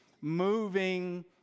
moving